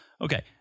okay